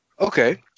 Okay